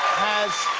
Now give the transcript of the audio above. has